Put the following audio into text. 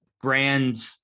grand